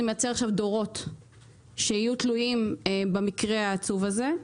זה מייצר עכשיו דורות שיהיו תלויים במקרה העצוב הזה,